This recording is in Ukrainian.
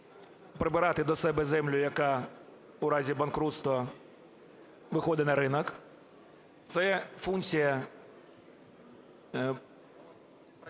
прибирати до себе землю, яка в разі банкрутства виходить на ринок; це функція